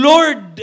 Lord